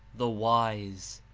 the wise'.